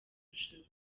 rushanwa